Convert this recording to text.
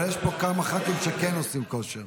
אבל יש פה כמה ח"כים שכן עושים כושר,